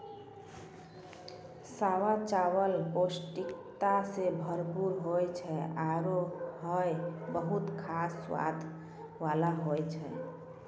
सावा चावल पौष्टिकता सें भरपूर होय छै आरु हय बहुत खास स्वाद वाला होय छै